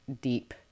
deep